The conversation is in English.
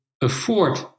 afford